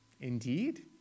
Indeed